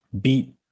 beat